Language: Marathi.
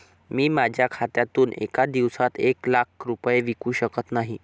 मी माझ्या खात्यातून एका दिवसात एक लाख रुपये विकू शकत नाही